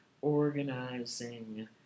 organizing